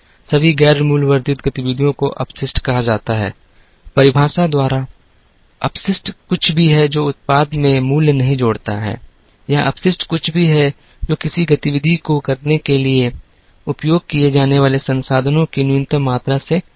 सभी गैर मूल्य वर्धित गतिविधियों को अपशिष्ट कहा जाता है परिभाषा द्वारा अपशिष्ट कुछ भी है जो उत्पाद में मूल्य नहीं जोड़ता है या अपशिष्ट कुछ भी है जो किसी गतिविधि को करने के लिए उपयोग किए जाने वाले संसाधनों की न्यूनतम मात्रा से अधिक है